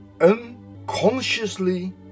unconsciously